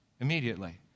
immediately